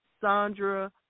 Sandra